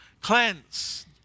cleanse